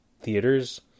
theaters